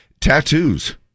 Tattoos